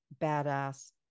badass